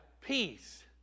peace